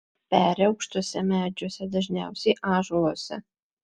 peri aukštuose medžiuose dažniausiai ąžuoluose